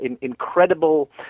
incredible